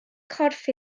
corff